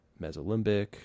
mesolimbic